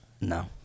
No